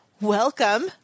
welcome